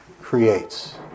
creates